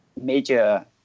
major